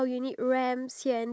ya